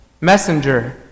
Messenger